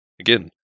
again